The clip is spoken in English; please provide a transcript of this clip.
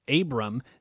Abram